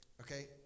Okay